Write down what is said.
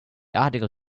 article